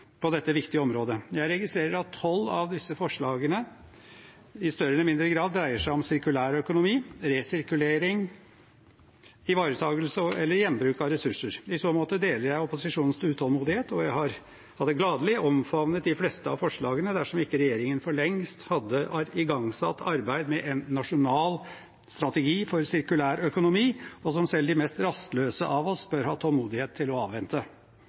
på dette viktige området. Jeg registrerer at tolv av disse forslagene i større eller mindre grad dreier seg om sirkulær økonomi – resirkulering, ivaretakelse eller gjenbruk av ressurser. I så måte deler jeg opposisjonens utålmodighet, og jeg hadde gladelig omfavnet de fleste av forslagene dersom ikke regjeringen for lengst hadde igangsatt arbeidet med en nasjonal strategi for sirkulær økonomi, og som selv de mest rastløse av oss bør ha tålmodighet til å avvente.